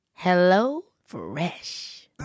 HelloFresh